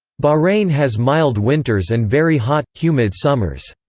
bahrain has mild winters and very hot, humid summers.